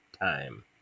time